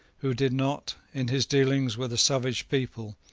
who did not in his dealings with a savage people,